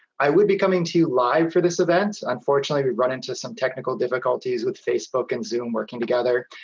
i would be coming to you live for this event, unfortunately, we've run into some technical difficulties with facebook and zoom working together.